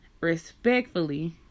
respectfully